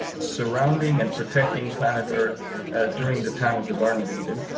surrounding and protecting planet earth during the time of the garden of eden.